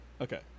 Okay